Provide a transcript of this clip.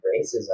racism